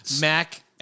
Mac